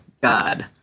God